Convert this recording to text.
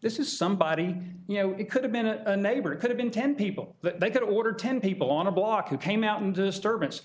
this is somebody you know it could have been a neighbor it could have been ten people that they could order ten people on a block who came out and disturbance